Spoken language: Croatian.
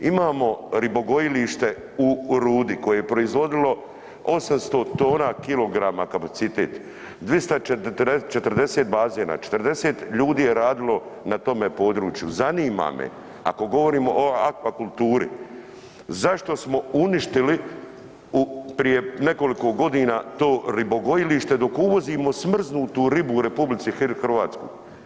Imamo ribogojilište u Rudi koje je proizvodilo 800 tona kilograma kapacitet, 240 bazena, 40 ljudi je radilo na tome području, zanima me ako govorimo o akvakulturi zašto smo uništili u, prije nekoliko godina to ribogojilište dok uvozimo smrznutu ribu u RH?